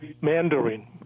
Mandarin